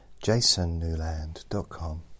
JasonNewland.com